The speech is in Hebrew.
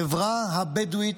החברה הבדואית,